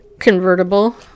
convertible